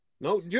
No